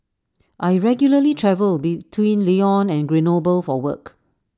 I regularly travel between Lyon and Grenoble for work